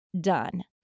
done